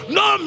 no